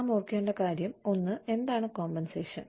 നാം ഓർക്കേണ്ട കാര്യം ഒന്ന് എന്താണ് കോമ്പൻസേഷൻ